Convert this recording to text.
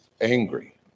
angry